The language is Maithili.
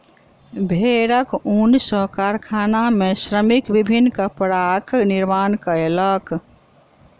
भेड़क ऊन सॅ कारखाना में श्रमिक विभिन्न कपड़ाक निर्माण कयलक